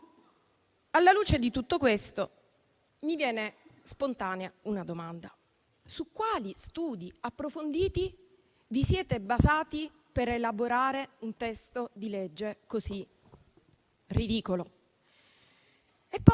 alla luce di tutto ciò mi viene spontanea una domanda: su quali studi approfonditi vi siete basati per elaborare un testo di legge così ridicolo?